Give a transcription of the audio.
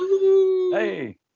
Hey